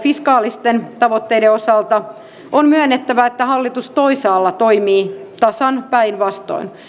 fiskaalisten tavoitteiden osalta on myönnettävä että hallitus toisaalla toimii tasan päinvastoin